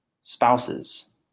spouses